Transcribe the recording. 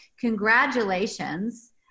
congratulations